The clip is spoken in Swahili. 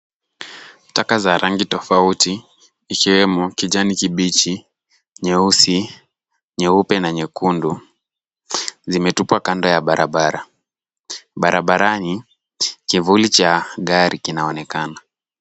Taka za rangi tofauti ikiwemo kijani kibichi, nyeusi, nyeupe na nyekundu zimetupwa kando ya barabara. Barabarani kivuli cha gari kinaonekana.